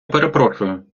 перепрошую